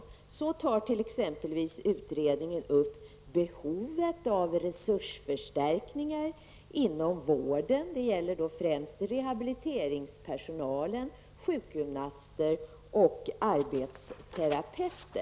I utredningen tar man t.ex. upp frågan om behovet av resursförstärkningar inom vården. Det gäller då främst rehabiliteringspersonal, sjukgymnaster och arbetsterapeuter.